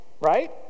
right